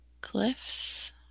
cliffs